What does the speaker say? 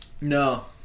No